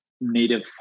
native